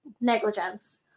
negligence